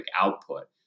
output